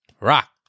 Rock